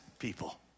people